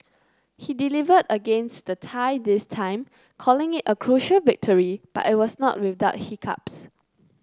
he delivered against the Thai this time calling it a crucial victory but it was not without hiccups